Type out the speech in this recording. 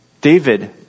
David